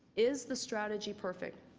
is the strategy perfect?